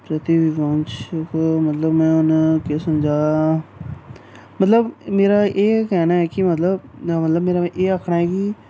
प्रति विवांश मतलब में हून केह् समझां मतलब मेरा एह् कैह्ना ऐ कि मतलब मतलब मेरा एह् आक्खना ऐ कि